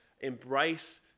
embrace